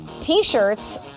t-shirts